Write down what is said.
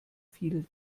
fiel